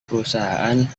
perusahaan